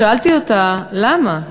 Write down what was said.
שאלתי אותה: למה?